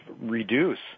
reduce